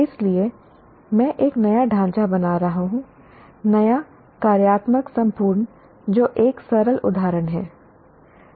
इसलिए मैं एक नया ढांचा बना रहा हूं नया कार्यात्मक संपूर्ण जो एक सरल उदाहरण है